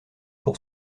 pour